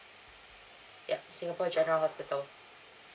yup singapore general hospital